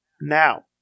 Now